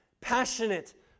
passionate